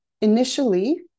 Initially